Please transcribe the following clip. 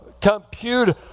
computer